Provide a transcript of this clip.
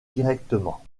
directement